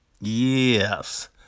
Yes